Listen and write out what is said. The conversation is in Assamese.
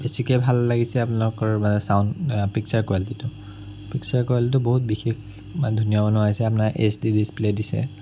বেছিকৈ ভাল লাগিছে আপোনালোকৰ মানে ছাউণ্ড পিক্সাৰ কুৱালিটিটো পিক্সাৰ কুৱালিটিটো বহুত বিশেষ ইমান ধুনীয়া বনাইছে আপোনাৰ এইছ ডি ডিছপ্লে দিছে